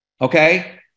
okay